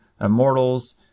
immortals